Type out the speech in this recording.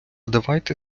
давайте